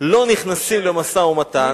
לא נכנסו למשא-ומתן,